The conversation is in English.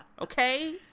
okay